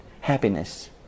happiness